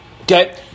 Okay